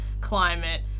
climate